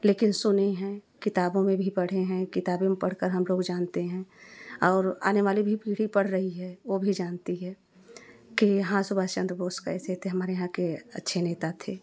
लेकिन सुने हैं किताबों में भी पढ़े हैं किताबे में पढ़ कर हम लोग जानते हैं और आने वाली भी पीढ़ी पढ़ रही है वह भी जानती है कि हाँ सुभाष चंद्र बोस कैसे थे हमारे यहाँ के अच्छे नेता थे